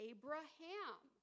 Abraham